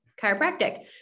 chiropractic